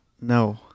No